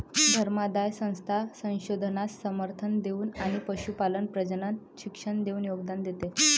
धर्मादाय संस्था संशोधनास समर्थन देऊन आणि पशुपालन प्रजनन शिक्षण देऊन योगदान देते